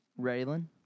Raylan